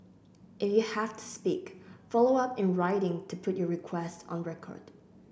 if you have to speak follow up in writing to put your requests on record